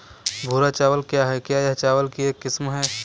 भूरा चावल क्या है? क्या यह चावल की एक किस्म है?